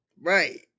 Right